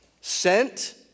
Sent